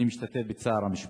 אני משתתף בצער המשפחות.